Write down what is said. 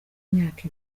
imyaka